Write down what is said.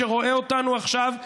שרואה אותנו עכשיו,